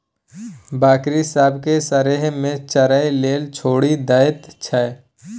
बकरी सब केँ सरेह मे चरय लेल छोड़ि दैत छै